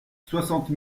soixante